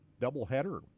doubleheader